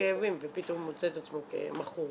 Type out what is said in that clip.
כאבים ופתאום הוא מוצא את עצמו כמכור.